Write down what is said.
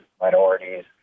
minorities